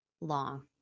long